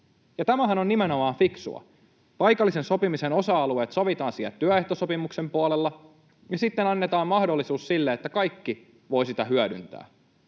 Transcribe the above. tämähän on nimenomaan fiksua. Paikallisen sopimisen osa-alueet sovitaan siellä työehtosopimuksen puolella, ja sitten annetaan mahdollisuus sille, että kaikki voivat sitä hyödyntää.